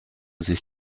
sich